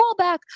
callback